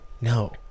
No